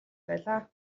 байлаа